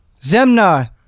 Zemnar